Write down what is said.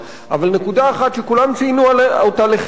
אבל נקודה אחת שכולם ציינו אותה לחיוב,